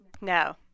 No